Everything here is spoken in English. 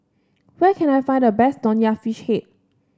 where can I find the best Nonya Fish Head